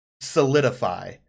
solidify